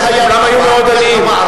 כולם היו מאוד עניים.